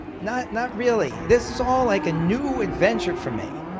not not really. this is all like a new adventure for me.